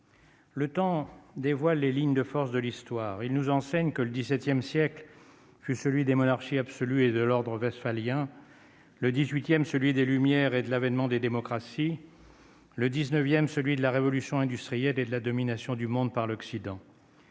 Le temps dévoile les lignes de force de l'histoire, il nous enseigne que le 17ème siècles fut celui des monarchies absolues et de l'ordre westphalien. Le 18ème, celui des Lumières et de l'avènement des démocraties, le 19ème celui de la révolution industrielle et de la domination du monde par l'Occident.